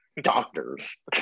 Doctors